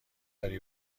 داری